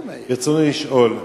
רצוני לשאול: